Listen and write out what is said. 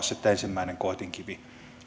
sitten ensimmäinen koetinkivi